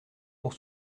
pour